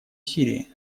сирии